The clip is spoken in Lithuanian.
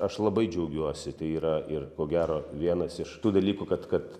aš labai džiaugiuosi tai yra ir ko gero vienas iš tų dalykų kad kad